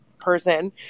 person